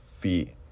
feet